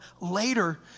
later